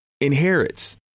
inherits